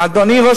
אדוני ראש